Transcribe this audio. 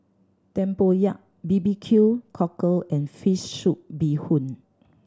tempoyak B B Q Cockle and fish soup bee hoon